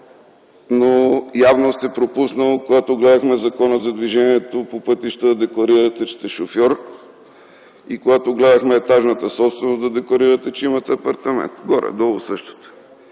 Явно сте пропуснали, когато гледахме Закона за движението по пътищата, да декларирате, че сте шофьор и когато гледахме Закона за етажната собственост, да декларирате, че имате апартамент. Горе-долу същото